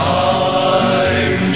time